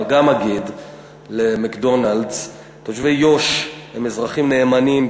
אני גם אגיד ל"מקדונלד'ס": תושבי יו"ש הם אזרחים נאמנים,